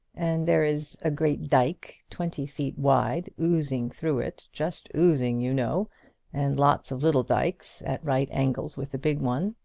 and there is a great dike, twenty feet wide, oozing through it just oozing, you know and lots of little dikes, at right angles with the big one.